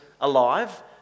alive